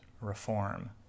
reform